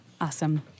Awesome